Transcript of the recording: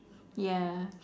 ya